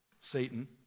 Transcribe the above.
Satan